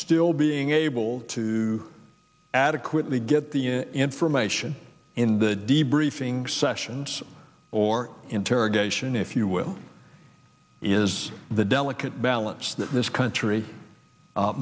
still being able to adequately get the information in the debriefing sessions or interrogation if you will is the delicate balance that this country